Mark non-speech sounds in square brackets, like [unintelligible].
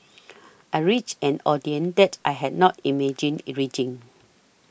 I reached an audience that I had not imagined [unintelligible]